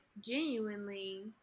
genuinely